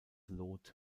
lot